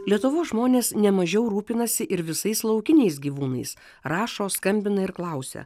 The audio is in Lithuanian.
lietuvos žmonės ne mažiau rūpinasi ir visais laukiniais gyvūnais rašo skambina ir klausia